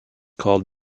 called